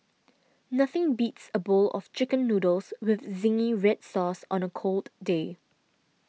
nothing beats a bowl of Chicken Noodles with Zingy Red Sauce on a cold day